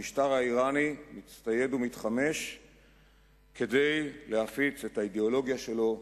המשטר האירני מצטייד ומתחמש כדי להפיץ את האידיאולוגיה שלו,